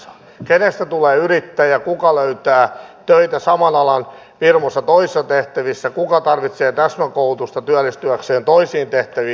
kenestä tulee yrittäjä kuka löytää töitä saman alan firmoissa toisissa tehtävissä ja kuka tarvitsee täsmäkoulutusta työllistyäkseen toisiin tehtäviin